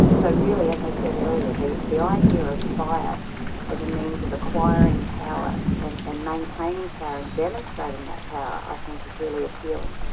so, really, as i said earlier, the idea of fire as a means of acquiring power and and maintaining power, and demonstrating that power, i think is really appealing.